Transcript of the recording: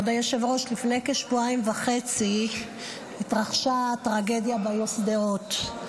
לפני כשבועיים וחצי התרחשה טרגדיה בעיר שדרות.